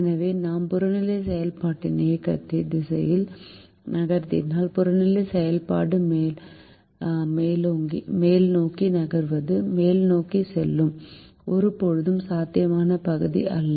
எனவே நாம் புறநிலை செயல்பாட்டை இயக்கத்தின் திசையில் நகர்த்தினால் புறநிலை செயல்பாடு மேல்நோக்கி நகர்ந்து மேல்நோக்கி செல்லும் ஒருபோதும் சாத்தியமான பகுதி அல்ல